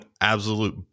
absolute